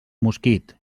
mosquit